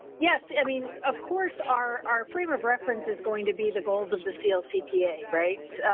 yes i mean, of course our our frame of reference is going to be the goals of the cpa right?